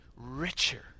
richer